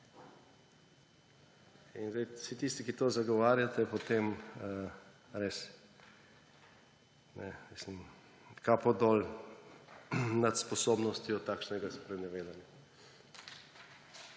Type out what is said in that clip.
In zdaj vsem tistim, ki to zagovarjate, res, kapo dol nad sposobnostjo takšnega sprenevedanja.